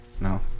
No